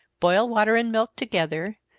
boil water and milk together,